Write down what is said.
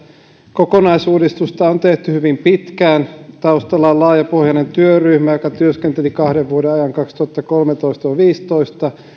kokonaisuudistusta on tehty hyvin pitkään taustalla on laajapohjainen työryhmä joka työskenteli kahden vuoden ajan kaksituhattakolmetoista viiva kaksituhattaviisitoista